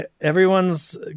Everyone's